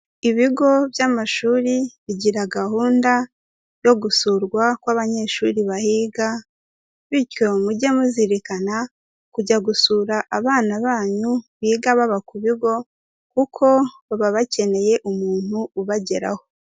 Ibigo by'amashuri bigira gahunda yo gusurwa kw'abanyeshuri bahiga, bityo mujye muzirikana kujya gusura abana banyu biga baba ku bigo kuko baba bakeneye umuntu ubageraho.